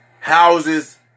houses